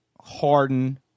Harden